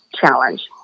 challenge